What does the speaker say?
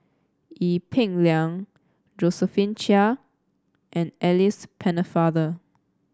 Ee Peng Liang Josephine Chia and Alice Pennefather